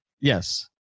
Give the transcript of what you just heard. Yes